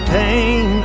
pain